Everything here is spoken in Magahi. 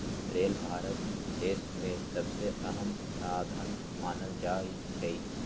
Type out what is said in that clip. रेल भारत देश में सबसे अहम साधन मानल जाई छई